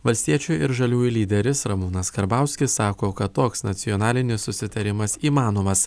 valstiečių ir žaliųjų lyderis ramūnas karbauskis sako kad toks nacionalinis susitarimas įmanomas